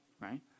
right